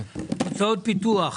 הוצאות פיתוח